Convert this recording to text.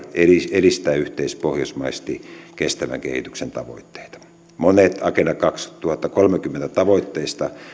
edistää yhteispohjoismaisesti kestävän kehityksen tavoitteita monet agenda kaksituhattakolmekymmentä tavoitteista